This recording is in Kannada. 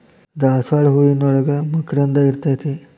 ದಾಸಾಳ ಹೂವಿನೋಳಗ ಮಕರಂದ ಇರ್ತೈತಿ